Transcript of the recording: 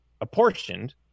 apportioned